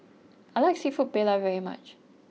I like Seafood Paella very much